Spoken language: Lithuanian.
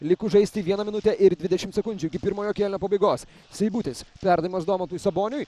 likus žaisti vieną minutę ir dvidešimt sekundžių iki pirmojo kėlinio pabaigos seibutis perdavimas domantui saboniui